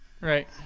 Right